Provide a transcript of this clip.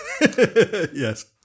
Yes